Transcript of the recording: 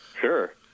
Sure